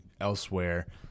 elsewhere